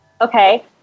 Okay